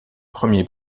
premier